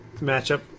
matchup